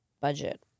Budget